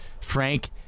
Frank